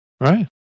Right